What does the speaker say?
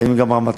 לימים גם רמטכ"ל,